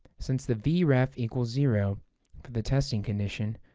since the the vref equals zero for the testing condition,